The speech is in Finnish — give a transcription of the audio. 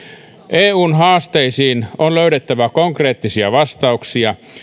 eun haasteisiin on löydettävä konkreettisia vastauksia